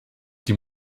die